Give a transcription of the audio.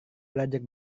belajar